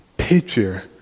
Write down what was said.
picture